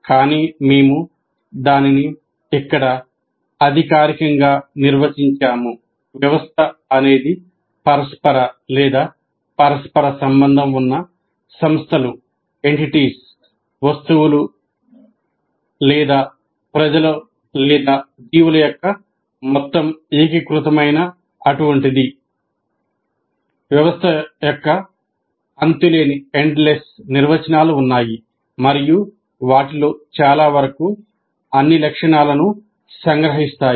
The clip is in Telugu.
కానీ మేము దానిని ఇక్కడ అధికారికంగా నిర్వచించాము వ్యవస్థ అనేది పరస్పర లేదా పరస్పర సంబంధం ఉన్న సంస్థలు నిర్వచనాలు ఉన్నాయి మరియు వాటిలో చాలావరకు అన్ని లక్షణాలను సంగ్రహిస్తాయి